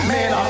Man